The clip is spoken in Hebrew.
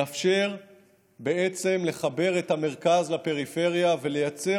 זה מאפשר לחבר את המרכז לפריפריה ולייצר